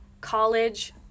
college